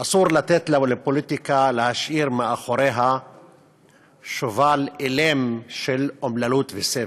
אסור לתת לפוליטיקה להשאיר מאחוריה שובל אילם של אומללות וסבל.